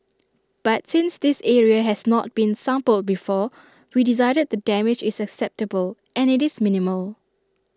but since this area has not been sampled before we decided the damage is acceptable and IT is minimal